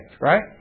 right